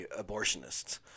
abortionists